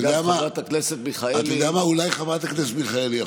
אתה יודע מה, אולי חברת הכנסת מיכאלי.